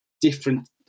different –